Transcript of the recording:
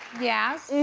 yes,